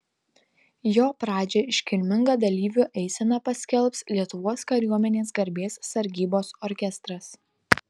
jo pradžią iškilminga dalyvių eisena paskelbs lietuvos kariuomenės garbės sargybos orkestras